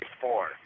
four